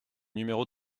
numéro